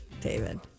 David